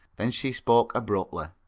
then she spoke abruptly.